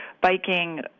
biking